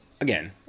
Again